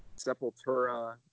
sepultura